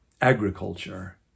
agriculture